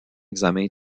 examen